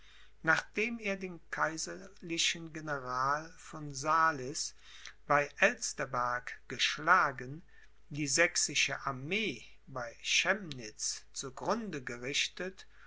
nachdem er den kaiserlichen general von salis bei elsterberg geschlagen die sächsische armee bei chemnitz zu grunde gerichtet